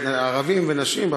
"ערבים ונשים".